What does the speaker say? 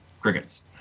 crickets